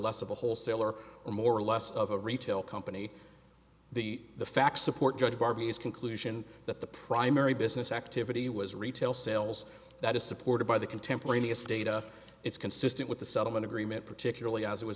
less of a wholesaler or more or less of a retail company the the facts support judge barbie's conclusion that the primary business activity was retail sales that is supported by the contemporaneous data it's consistent with the settlement agreement particularly as it was